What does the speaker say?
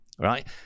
right